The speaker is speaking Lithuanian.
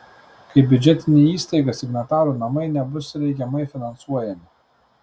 kaip biudžetinė įstaiga signatarų namai nebus reikiamai finansuojami